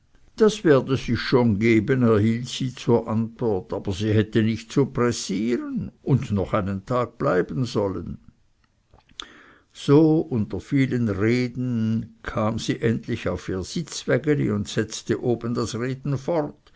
das werde sich schon geben erhielt sie zur antwort aber sie hätte nicht so pressieren und noch einen tag bleiben sollen so unter vielen reden kam sie endlich auf ihr sitzwägeli und setzte oben das reden fort